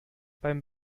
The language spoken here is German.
beim